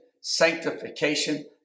Sanctification